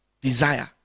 Desire